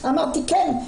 אמרתי כן,